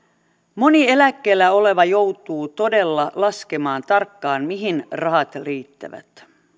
moni eläkkeellä oleva joutuu todella laskemaan tarkkaan mihin rahat riittävät